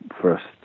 first